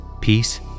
Peace